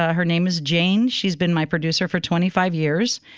her name is jane. she's been my producer for twenty five years.